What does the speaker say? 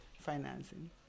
financing